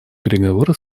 переговоры